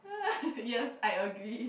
yes I agree